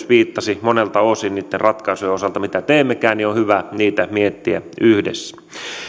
viittasi monelta osin niitten ratkaisujen osalta mitä teemmekään on hyvä niitä miettiä yhdessä